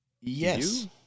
Yes